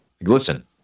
listen